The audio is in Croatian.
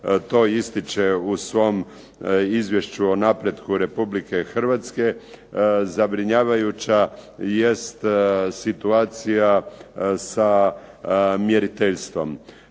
to ističe u svom Izvješću o napretku Republike Hrvatske zabrinjavajuća jest situacija sa mjeriteljstvom.